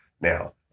now